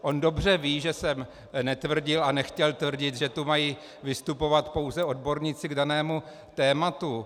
On dobře ví, že jsem netvrdil a nechtěl tvrdit, že tu mají vystupovat pouze odborníci k danému tématu.